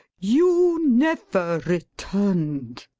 you never returned.